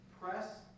press